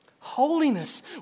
Holiness